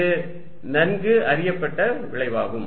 இது நன்கு அறியப்பட்ட விளைவாகும்